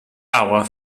our